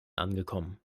angekommen